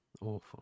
awful